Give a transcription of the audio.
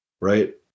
Right